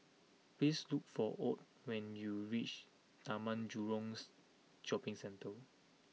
please look for Ott when you reach Taman Jurongs Shopping Centre